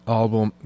album